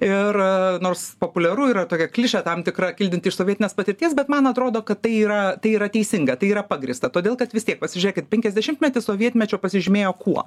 ir nors populiaru yra tokia klišė tam tikra kildinti iš sovietinės patirties bet man atrodo kad tai yra tai yra teisinga tai yra pagrįsta todėl kad vis tiek pasižėkit penkiasdešimtmetis sovietmečio pasižymėjo kuo